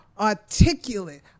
articulate